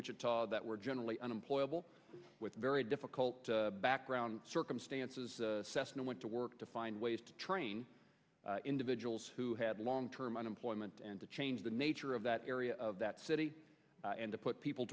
wichita that were generally unemployable with very difficult background circumstances cessna went to work to find ways to train individuals who had long term unemployment and to change the nature of that area of that city and to put people